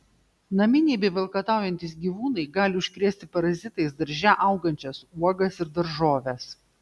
naminiai bei valkataujantys gyvūnai gali užkrėsti parazitais darže augančias uogas ir daržoves